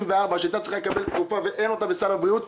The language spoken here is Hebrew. שהייתה צריכה לקבל תרופה שלא נמצאת בסל הבריאות.